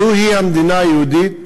זוהי המדינה היהודית